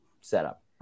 setup